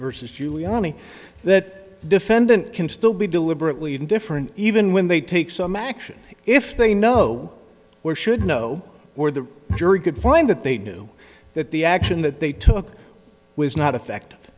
versus giuliani that defendant can still be deliberately indifferent even when they take some action if they know or should know or the jury could find that they knew that the action that they took was not a fact